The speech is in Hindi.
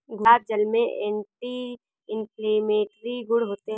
गुलाब जल में एंटी इन्फ्लेमेटरी गुण होते हैं